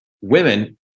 women